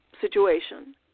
situation